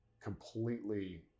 completely